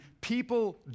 people